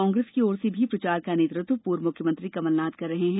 कांग्रेस की और से भी प्रचार का नेतृत्व पूर्व मुख्यमंत्री कमलनाथ कर रहे हैं